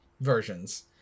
versions